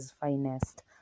finest